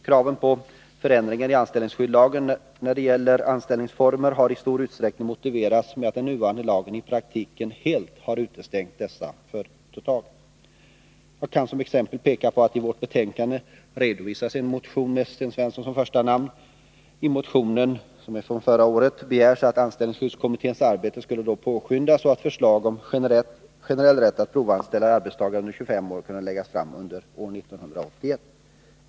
Kraven på förändringar i anställningsskyddslagen när det gäller dessa anställningsformer har i stor utsträckning motiverats med att den nuvarande lagen i praktiken helt har utestängt dessa företag. Jag kan som exempel peka på att i vårt betänkande redovisas en motion med Sten Svensson som första namn. I motionen, som är från förra året, begärs att anställningsskyddskommitténs arbete skall påskyndas så att förslag om generell rätt att provanställa arbetstagare under 25 år kan läggas fram under år 1981.